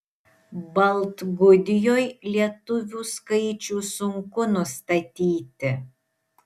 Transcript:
baltgudijoj lietuvių skaičių sunku nustatyti